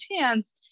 chance